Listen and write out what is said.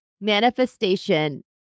manifestation